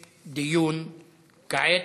כעת,